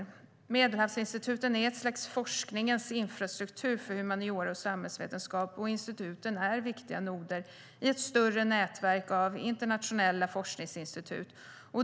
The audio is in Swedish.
Medelhavsinstituten är ett slags forskningens infrastruktur för humaniora och samhällsvetenskap, och instituten är viktiga noder i ett större nätverk av internationella forskningsinstitut.